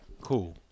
cool